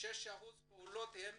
6% מהפעולות הן